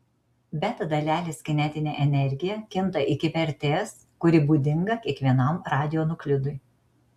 beta dalelės kinetinė energija kinta iki vertės kuri būdinga kiekvienam radionuklidui